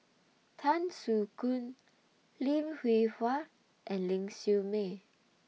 Tan Soo Khoon Lim Hwee Hua and Ling Siew May